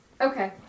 Okay